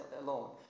alone